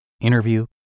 Interview